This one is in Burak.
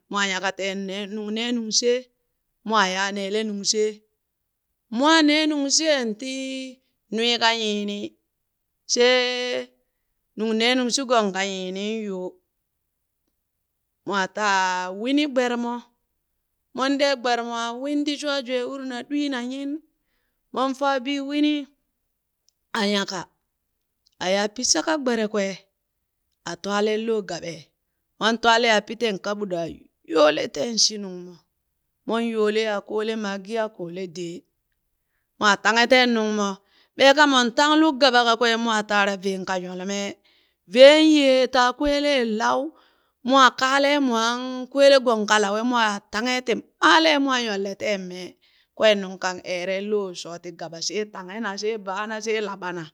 Mwaa nyaka teen ne nuŋ ne nungshee mwaa yaa neele nungshee. mwaa nee nungsheen ti nui ka nyiini, shee nung nee nungshigong nan ka nyiini yo, mwaa taa wini gbere mo mon ɗee gbere mo win ti shwaajwee wuri na ɗwi na nyin, mon faa bii winii a nyaka, ayaa pi shaka gbere kwee a twalen lo gaɓe, mon twaale a pi teen kaɓut a yoole teen shi nungmo mon yoolee a koole magi a koole dee, mwa tanghe teen nuŋ mo. Beeka mon tang luk gaba kakwee mwaa taara veen ka nyole mee. Veen yee taa kweeleen lau, mwaa kaalen mwaan kwele gong ka lawe mwaa taanghe ti maale mwaa nyolle teen mee. Kween nung kang eeren loo shooti gaba she tanghe na she baana she laɓana.